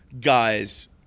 guys –